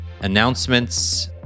announcements